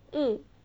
mm